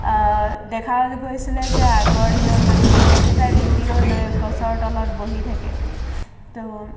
দেখা গৈছিলে যে আগৰ দিনৰ মানুহে এটা ৰেডিঅ' লৈ গছৰ তলত বহি থাকে ত'